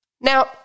Now